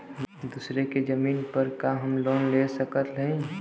दूसरे के जमीन पर का हम लोन ले सकत हई?